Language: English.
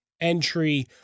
entry